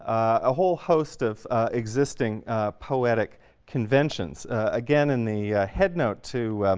a whole host of existing poetic conventions. again, in the head note to